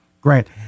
Grant